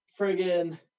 friggin